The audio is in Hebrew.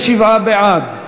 37 בעד,